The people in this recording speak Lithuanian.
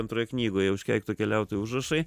antroje knygoje užkeikto keliautojo užrašai